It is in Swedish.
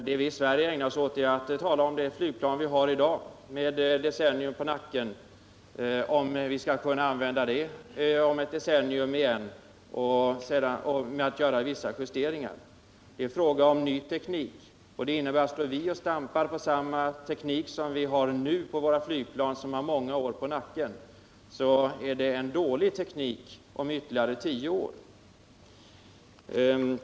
Det vi i Sverige ägnar oss åt är att tala om huruvida det flygplan vi har i dag, med ett decennium på nacken, skall kunna användas om ytterligare ett decennium genom att man gör vissa justeringar. Det är fråga om ny teknik, och det innebär att om vi står och stampar på samma fläck, med samma teknik som vi har nu på våra flygplan som redan är många år gamla, så är det en dålig teknik om ytterligare tio år.